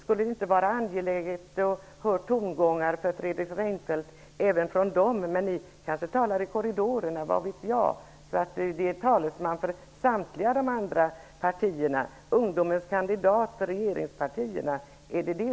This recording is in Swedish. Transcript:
Skulle det inte vara angeläget för Fredrik Reinfeldt att få höra tongångarna även från dem? Ni kanske talar i korridorerna? Vad vet jag? Är det ungdomens kandidat för regeringspartierna